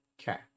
Okay